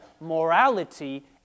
morality